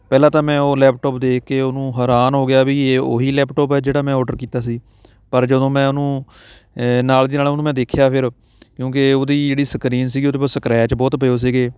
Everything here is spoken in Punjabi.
ਪਹਿਲਾਂ ਤਾਂ ਮੈਂ ਉਹ ਲੈਪਟੋਪ ਦੇਖ ਕੇ ਉਹਨੂੰ ਹੈਰਾਨ ਹੋ ਗਿਆ ਵੀ ਇਹ ਉਹੀ ਲੈਪਟੋਪ ਆ ਜਿਹੜਾ ਮੈਂ ਔਡਰ ਕੀਤਾ ਸੀ ਪਰ ਜਦੋਂ ਮੈਂ ਉਹਨੂੰ ਨਾਲ ਦੀ ਨਾਲ ਉਹਨੂੰ ਮੈਂ ਦੇਖਿਆ ਫਿਰ ਕਿਉਂਕਿ ਇਹ ਉਹਦੀ ਜਿਹੜੀ ਸਕਰੀਨ ਸੀਗੀ ਉਹਦੇ ਪਰ ਸਕਰੈਚ ਬਹੁਤ ਪਏ ਹੋਏ ਸੀਗੇ